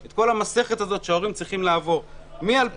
את כל המסכת הזאת שההורים צריכים לעבור מ-2017